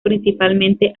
principalmente